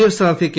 F സ്ഥാനാർഥി K